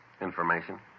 Information